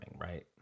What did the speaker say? right